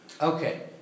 okay